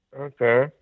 Okay